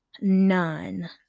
None